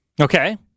Okay